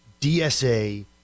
DSA